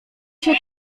się